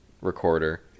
recorder